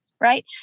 right